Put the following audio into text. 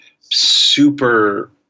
super